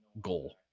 Goal